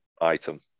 item